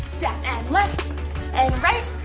down. and left, and right,